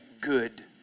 good